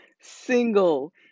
single